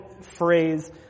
phrase